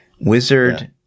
Wizard